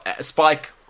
Spike